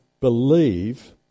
believe